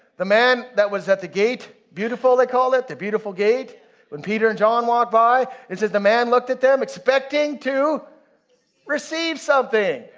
the man that was at the gate, beautiful they call it. the beautiful gate when peter and john walked by and says the man looked at them expecting to receive something.